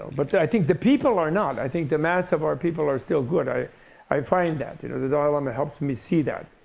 but i think the people are not. i think the mass of our people are still good. i i find that. you know the dalai lama helps me see that.